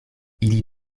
ili